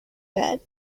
bed